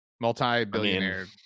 Multi-billionaire